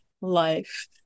life